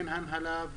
אין הנהלה,